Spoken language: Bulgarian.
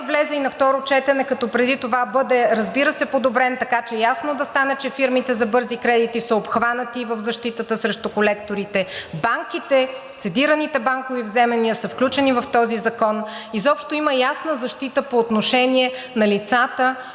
влезе и на второ четене като преди това бъде, разбира се, подобрен, така че ясно да стане, че фирмите за бързи кредити са обхванати в защитата с колекторите, банките – цедираните банкови вземания са включени в този закон, изобщо има ясна защита по отношение на лицата,